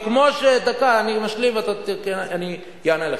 דקה, אני משלים ואני אענה לך.